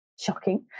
shocking